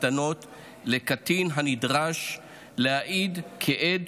להרחיב את סל ההגנות הניתנות לקטין הנדרש להעיד כעד